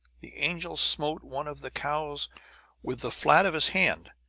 the angel smote one of the cows with the flat of his hand,